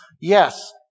yes